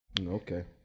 Okay